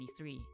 2023